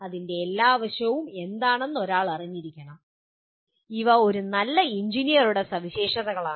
അതിന്റെ എല്ലാ വശങ്ങളും എന്താണെന്ന് ഒരാൾ അറിഞ്ഞിരിക്കണം ഇവ ഒരു നല്ല എഞ്ചിനീയറുടെ സവിശേഷതകളാണ്